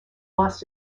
lost